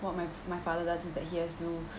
what my my father does that he has to